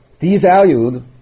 devalued